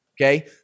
Okay